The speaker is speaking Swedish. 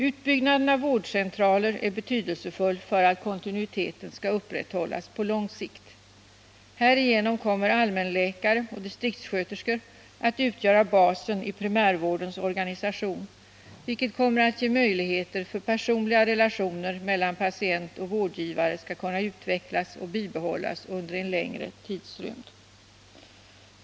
Utbyggnaden av vårdcentraler är betydelsefull för att kontinuiteten skall upprätthållas på lång sikt. Härigenom kommer allmänläkare och distriktssköterskor att utgöra basen i primärvårdens organisation, vilket kommer att ge möjligheter för att personliga relationer mellan patient och vårdgivare skall kunna utvecklas och bibehållas under en längre tidsrymd.